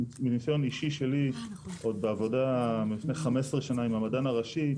מניסיון אישי שלי עוד בעבודה לפני 15 שנה עם המדען הראשי,